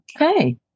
Okay